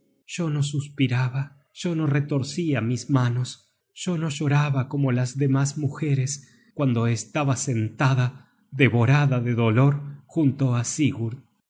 yo no suspiraba yo no retorcia mis manos yo no lloraba como las demas mujeres cuando estaba sentada devorada de dolor junto á sigurd